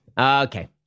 Okay